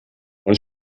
und